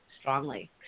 strongly